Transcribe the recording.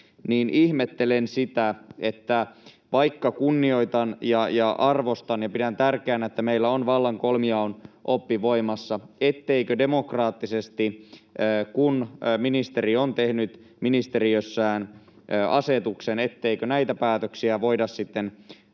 tässä eduskunnassa. Vaikka kunnioitan ja arvostan ja pidän tärkeänä sitä, että meillä on vallan kolmijaon oppi voimassa, ihmettelen, etteikö, kun ministeri on tehnyt ministeriössään asetuksen, näitä päätöksiä voida sitten